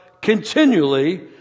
continually